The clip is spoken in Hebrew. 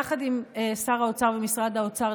יחד עם שר האוצר ומשרד האוצר,